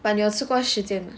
but 你有吃过 Shi Jian mah